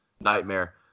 Nightmare